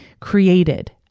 created